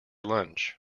lunch